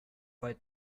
fire